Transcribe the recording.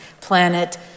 planet